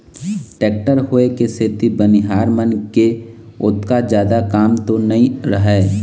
tractor होय के सेती बनिहार मन के ओतका जादा काम तो नइ रहय